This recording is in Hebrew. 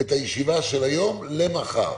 את הישיבה של היום למחר.